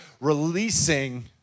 releasing